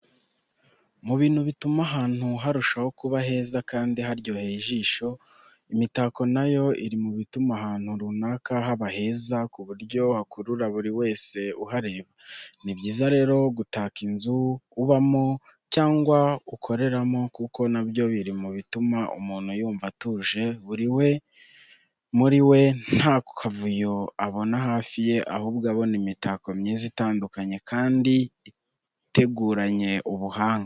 Mu bintu bituma ahantu harushaho kuba heza kandi haryoheye ijisho, imitako na yo iri mu bituma ahantu runaka haba heza ku buryo hakurura buri wese uhareba. Ni byiza rero gutaka inzu ubamo cyangwa ukoreramo kuko na byo biri mu bituma umuntu yumva atuje muri we nta kavuyo abona hafi ye, ahubwo abona imitako myiza itandukanye kandi iteguranye ubuhanga.